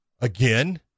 again